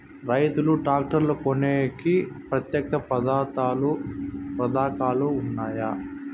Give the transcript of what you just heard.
రైతులు ట్రాక్టర్లు కొనేకి ప్రత్యేక పథకాలు ఉన్నాయా?